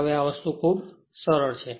હવે આ ખૂબ સરળ વસ્તુ છે